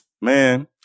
Man